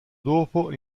dopo